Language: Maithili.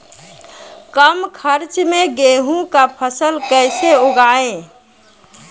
कम खर्च मे गेहूँ का फसल कैसे उगाएं?